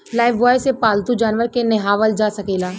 Lifebuoy से पाल्तू जानवर के नेहावल जा सकेला